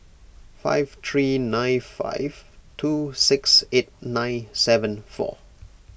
five three nine five two six eight nine seven four